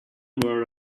wore